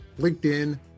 LinkedIn